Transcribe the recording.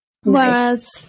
whereas